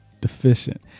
deficient